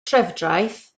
trefdraeth